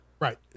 Right